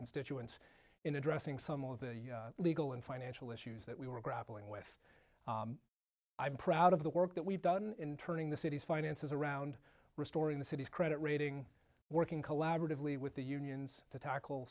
constituents in addressing some of the legal and financial issues that we were grappling with i'm proud of the work that we've done in turning the city's finances around restoring the city's credit rating working collaboratively with the unions to tackle